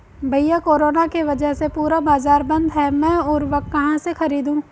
भैया कोरोना के वजह से पूरा बाजार बंद है मैं उर्वक कहां से खरीदू?